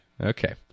okay